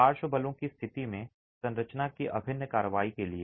पार्श्व बलों की स्थिति में संरचना की अभिन्न कार्रवाई के लिए